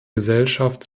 gesellschaft